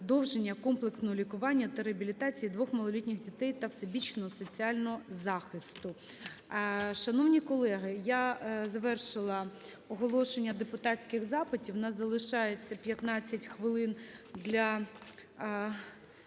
продовження комплексного лікування та реабілітації її двох малолітніх дітей та всебічного соціального захисту. Шановні колеги, я завершила оголошення депутатських запитів. В нас залишається 15 хвилин для